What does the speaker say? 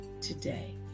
today